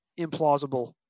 implausible